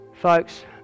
Folks